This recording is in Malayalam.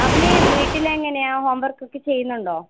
അവൻ വീട്ടിൽ എങ്ങനെയാണ് ഹോം വർക്കൊക്കെ ചെയ്യുന്നുണ്ടോ